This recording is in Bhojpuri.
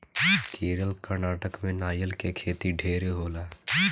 केरल, कर्नाटक में नारियल के खेती ढेरे होला